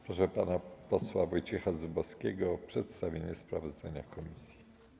Proszę pana posła Wojciecha Zubowskiego o przedstawienie sprawozdania komisji.